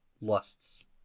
lusts